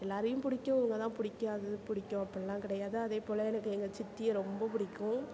எல்லோரையும் பிடிக்கும் இவங்க தான் பிடிக்காது பிடிக்கும் அப்படிலாம் கிடையாது அதேபோல் எனக்கு எங்கள் சித்தியை ரொம்ப பிடிக்கும்